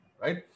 right